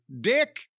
dick